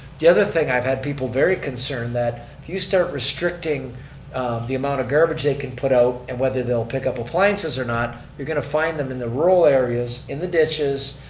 the other thing, i've had people very concerned that if you start restricting the amount of garbage they can put out and whether they'll pick up appliances or not, you're going to find them in the rural areas, in the ditches,